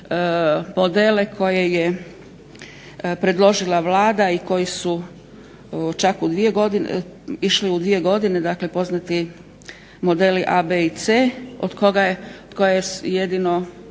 modele koje je predložila Vlada i koji su išli u dvije godine, dakle poznati modeli A, B i C od kojih jedino